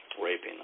raping